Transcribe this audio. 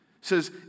says